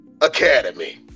Academy